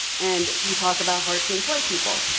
and we talk about hard to employ people.